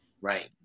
Right